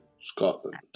Scotland